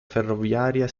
ferroviaria